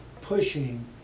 pushing